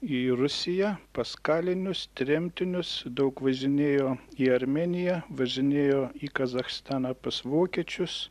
į rusiją pas kalinius tremtinius daug važinėjo į armėniją važinėjo į kazachstaną pas vokiečius